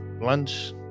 lunch